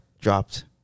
dropped